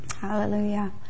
Hallelujah